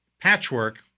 patchwork